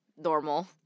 normal